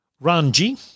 Ranji